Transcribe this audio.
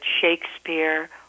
Shakespeare